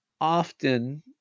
often